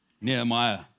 Nehemiah